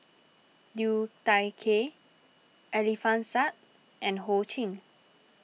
Liu Thai Ker Alfian Sa'At and Ho Ching